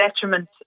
detriment